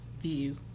view